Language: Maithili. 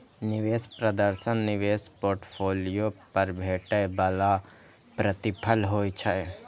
निवेश प्रदर्शन निवेश पोर्टफोलियो पर भेटै बला प्रतिफल होइ छै